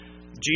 Jesus